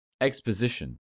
exposition